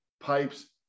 pipes